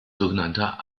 sogenannter